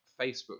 Facebook